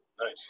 Nice